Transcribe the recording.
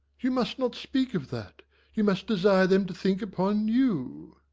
you must not speak of that you must desire them to think upon you.